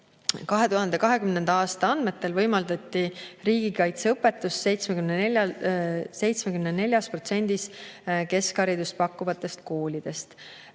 2020. aasta andmetel võimaldati riigikaitseõpetust 74% keskharidust pakkuvas koolis.